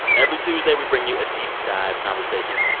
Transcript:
every tuesday, we bring you a deep-dive conversation.